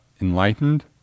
enlightened